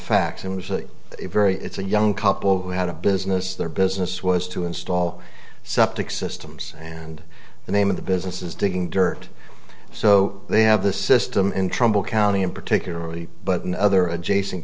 facts it was a very it's a young couple who had a business their business was to install septic systems and the name of the business is digging dirt so they have this system in trumbull county and particularly but in other adjacent